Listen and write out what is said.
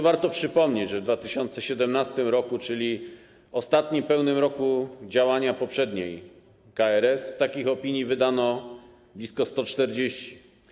Warto przypomnieć, że w 2017 r., czyli ostatnim pełnym roku działania poprzedniej KRS, takich opinii wydano blisko 140.